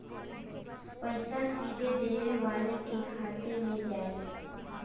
पइसा सीधे देवे वाले के खाते में जाई